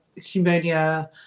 Humania